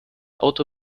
auto